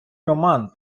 роман